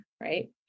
right